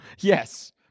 Yes